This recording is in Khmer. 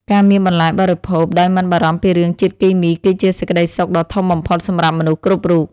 ការមានបន្លែបរិភោគដោយមិនបារម្ភពីរឿងជាតិគីមីគឺជាសេចក្តីសុខដ៏ធំបំផុតសម្រាប់មនុស្សគ្រប់រូប។